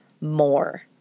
more